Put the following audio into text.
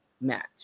match